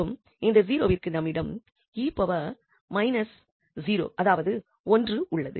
மேலும் இந்த 0விற்கு நம்மிடம் 𝑒−0 அதாவது 1 உள்ளது